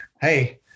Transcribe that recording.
Hey